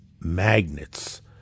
magnets